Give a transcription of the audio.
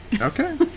Okay